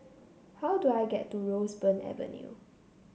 how do I get to Roseburn Avenue